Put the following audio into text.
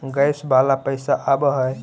Gas वाला पैसा आव है?